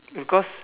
because